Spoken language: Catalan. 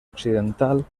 occidental